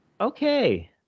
Okay